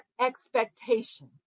expectation